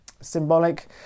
symbolic